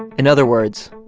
in other words,